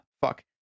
Fuck